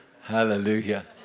Hallelujah